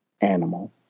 animal